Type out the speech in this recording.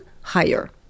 higher